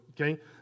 Okay